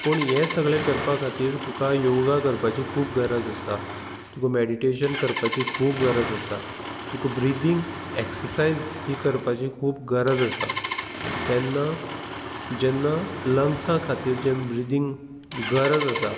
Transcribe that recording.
पूण हे सगळें करपा खातीर तुका योगा करपाची खूब गरज आसा तुका मॅडिटेशन करपाची खूब गरज आसा तुका ब्रिदींग एक्ससायज ही करपाची खूब गरज आसा तेन्ना जेन्ना लंग्सा खातीर जें ब्रिदींग गरज आसा